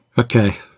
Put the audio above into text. Okay